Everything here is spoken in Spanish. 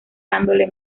dándole